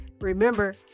Remember